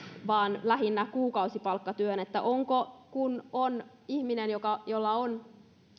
vaan lähinnä kuukausipalkkatyön kun on ihminen jolla on